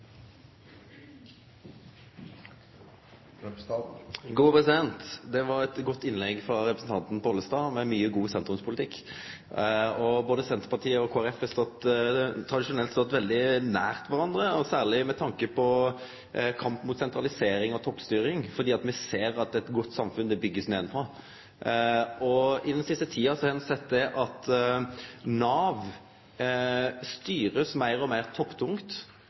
representanten Pollestad, med mye god sentrumspolitikk. Senterpartiet og Kristeleg Folkeparti har tradisjonelt stått veldig nær kvarandre, særleg med tanke på kampen mot sentralisering og toppstyring, fordi me ser at eit godt samfunn blir bygt nedanfrå. I den siste tida har ein sett at Nav blir styrt meir og meir